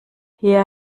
hier